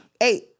Eight